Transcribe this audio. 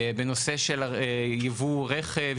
בנושא של יבוא רכב,